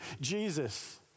Jesus